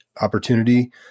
opportunity